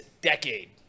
decade